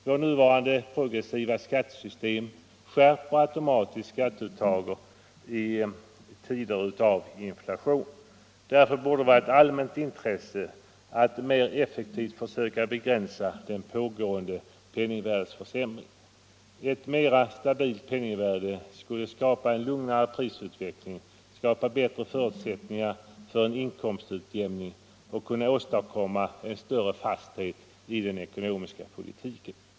Vårt nuvarande progressiva skattesystem skärper automatiskt skatteuttaget i tider av inflation. Därför borde det vara ett allmänt intresse att mer effektivt försöka begränsa den pågående penningvärdeförsämringen. Ett mer stabilt penningvärde skulle skapa en lugnare prisutveckling, bättre förutsättningar för en inkomstutjämning och kunna åstadkomma en större fasthet i den ekonomiska politiken.